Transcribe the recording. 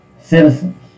citizens